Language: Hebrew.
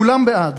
כולם בעד.